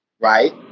Right